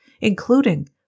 including